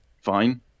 Fine